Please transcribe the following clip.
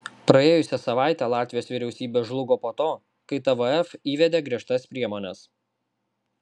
praėjusią savaitę latvijos vyriausybė žlugo po to kai tvf įvedė griežtas priemones